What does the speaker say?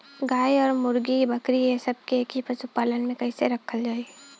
गाय और मुर्गी और बकरी ये सब के एक ही पशुपालन में कइसे रखल जाई?